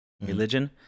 Religion